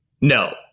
No